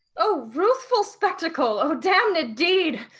o ruthful spectacle! o damned deed!